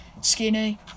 skinny